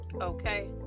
Okay